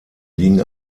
liegen